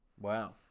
Wow